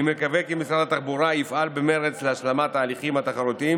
אני מקווה כי משרד התחבורה יפעל במרץ להשלמת התהליכים התחרותיים